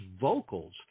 vocals